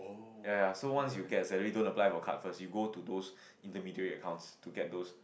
ya ya ya so once you get your salary don't apply for card first you go to those intermediary accounts to get those